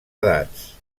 edats